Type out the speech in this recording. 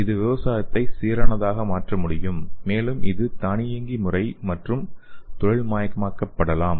இது விவசாயத்தை சீரானதாக மாற்ற முடியும் மேலும் இது தானியங்கி முறை மற்றும் தொழில்மயமாக்கப்படலாம்